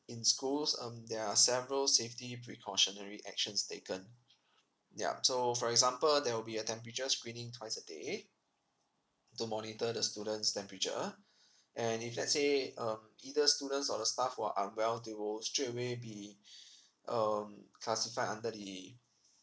in schools um there are several safety precautionary actions taken ya so for example there will be a temperature screening twice a day to monitor the student's temperature and if let's say um either students or the staff who are unwell they will straight away be um classified under the